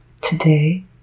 today